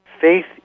Faith